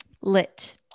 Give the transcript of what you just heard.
Lit